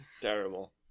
Terrible